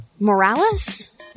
Morales